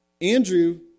Andrew